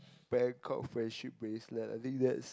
where got friendship bracelet I think that's